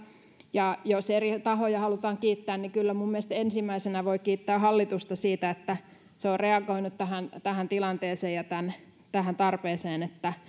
jos eri tahoja halutaan kiittää niin kyllä minun mielestäni ensimmäisenä voi kiittää hallitusta siitä että se on reagoinut tähän tähän tilanteeseen ja tähän tarpeeseen että